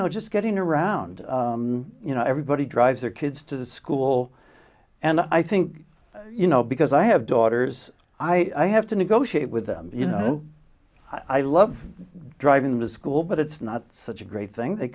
know just getting around you know everybody drives their kids to school and i think you know because i have daughters i have to negotiate with them you know i love driving them to school but it's not such a great thing they